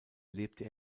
lebte